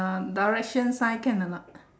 uh direction sign can or not